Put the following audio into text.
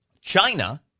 China